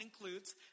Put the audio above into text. includes